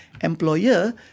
employer